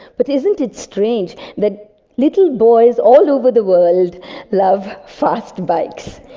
but isn't it strange that little boys all over the world love fast bikes?